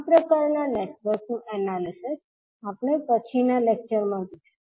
આ પ્રકારના નેટવર્ક નું એનાલિસિસ આપણે પછીના લેક્ચરમાં જોશું